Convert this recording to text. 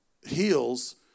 heals